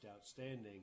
outstanding